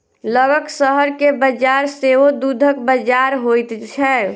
लगक शहर के बजार सेहो दूधक बजार होइत छै